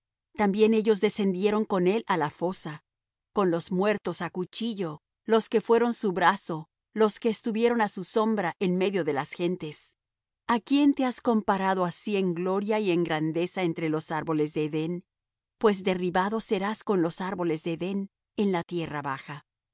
también ellos descendieron con él á la fosa con los muertos á cuchillo los que fueron su brazo los que estuvieron á su sombra en medio de las gentes a quién te has comparado así en gloria y en grandeza entre los árboles de edén pues derrribado serás con los árboles de edén en la tierra baja